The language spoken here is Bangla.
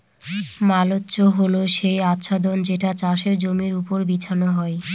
মালচ্য হল সেই আচ্ছাদন যেটা চাষের জমির ওপর বিছানো হয়